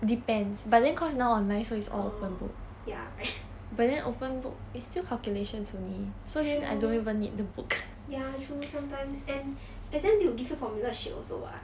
orh ya right true ya true sometimes and exam they will give you formula sheet also [what]